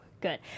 good